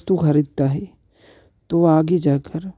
वस्तु खरीदता है तो आगे जाकर